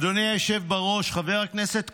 אדוני היושב בראש, חבר הכנסת כהנא,